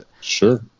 Sure